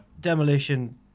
Demolition